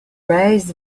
raised